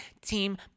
Team